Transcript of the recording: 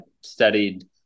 studied